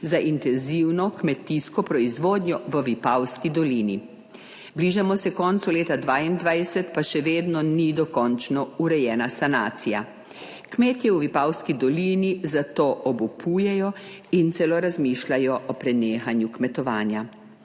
za intenzivno kmetijsko proizvodnjo v Vipavski dolini. Bližamo se koncu leta 2022 pa še vedno ni dokončno urejena sanacija. Kmetje v Vipavski dolini zato obupujejo in celo razmišljanju o prenehanju kmetovanja.